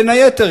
בין היתר,